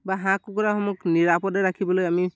বা হাঁহ কুকুৰাসমূহ নিৰাপদে ৰাখিবলৈ আমি